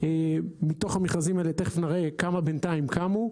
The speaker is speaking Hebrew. מתוך המכרזים האלה תכף נראה כמה בינתיים קמו.